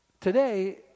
Today